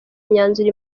myanzuro